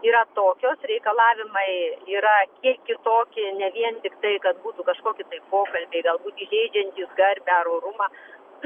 yra tokios reikalavimai yra kiek kitokie ne vien tiktai kad būtų kažkoki tai pokalbiai galbūt įžeidžiantys garbę ar orumą to nepakanka